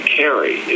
carry